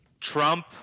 trump